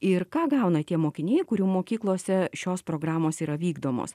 ir ką gauna tie mokiniai kurių mokyklose šios programos yra vykdomos